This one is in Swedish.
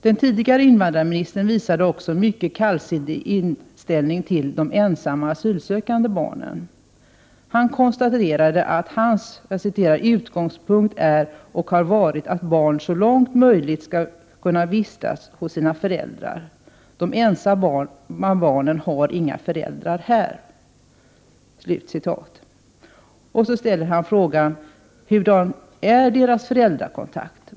Den tidigare invandrarministern visade också en mycket kallsinnig inställning till de ensamma asylsökande barnen. Han konstaterade att hans ”utgångspunkt är och har varit att barn så långt möjligt skall kunna vistas hos sina föräldrar. De ensamma barnen har inga föräldrar här.” Och så frågar han: ”Hurudan är deras föräldrakontakt?